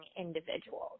individuals